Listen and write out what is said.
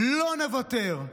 לא נוותר,